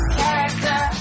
Character